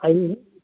आइए